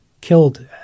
killed